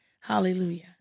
Hallelujah